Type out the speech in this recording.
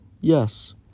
Yes